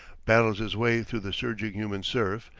battles his way through the surging human surf,